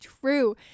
true